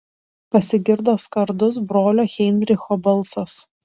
pasigirdo skardus brolio heinricho balsas